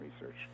research